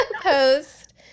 post